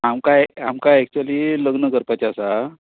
आमकां आमकां एकच्युली लग्न करपाचें आसा